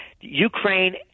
Ukraine